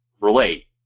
relate